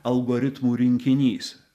algoritmų rinkinys